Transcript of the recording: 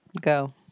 Go